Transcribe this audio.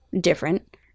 different